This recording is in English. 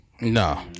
No